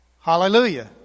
Hallelujah